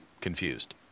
confused